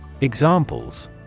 Examples